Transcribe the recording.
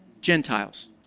Gentiles